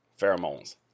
Pheromones